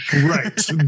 right